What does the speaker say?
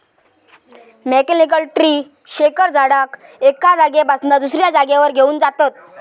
mechanical tree shaker झाडाक एका जागेपासना दुसऱ्या जागेवर घेऊन जातत